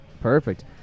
Perfect